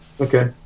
Okay